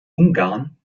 ungarn